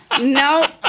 no